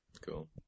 Cool